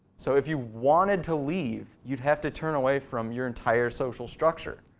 so if you wanted to leave, you'd have to turn away from your entire social structure.